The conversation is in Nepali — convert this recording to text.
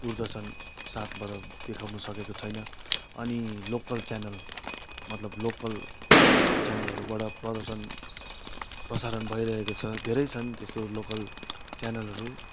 दुरदर्शन सातबाट देखाउन सकेको छैन अनि लोकल च्यानल मतलब लोकल च्यानलहरूबाट प्रदर्शन प्रसारण भइरहेको छ धेरै छन् त्यस्तो लोकल च्यानलहरू